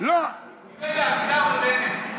מה היה בין אלי אבידר לבנט,